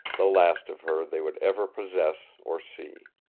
the last of her they would ever possess or see.